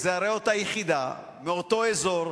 זו הרי אותה יחידה שבאה מאותו אזור.